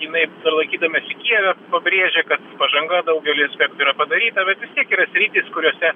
jinai lankydamesi kijeve pabrėžia kad pažanga daugely aspektų yra padaryta bet vis tiek yra sritys kuriose